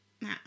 nah